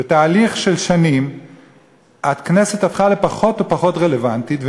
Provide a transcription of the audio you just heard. שבתהליך של שנים הכנסת הפכה לפחות ופחות רלוונטית,